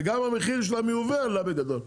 וגם המחיר של המיובא עלה בגדול.